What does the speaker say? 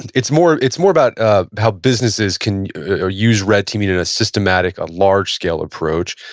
it's more it's more about ah how businesses can use red teaming in a systematic, a large scale approach.